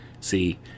see